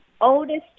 oldest